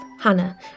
Hannah